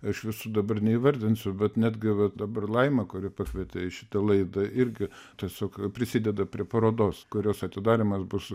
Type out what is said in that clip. aš visų dabar neįvardinsiu bet netgi vat dabar laima kuri pakvietė į šitą laidą irgi tiesiog prisideda prie parodos kurios atidarymas bus